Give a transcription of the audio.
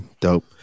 dope